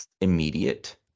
immediate